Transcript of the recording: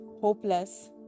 hopeless